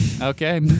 Okay